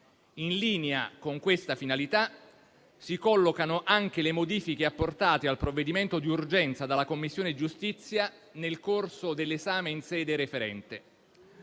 In linea con questa finalità si collocano anche le modifiche apportate al provvedimento d'urgenza dalla Commissione giustizia nel corso dell'esame in sede referente.